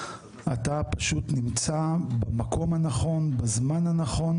אתה פשוט נמצא במקום הנכון בזמן הנכון,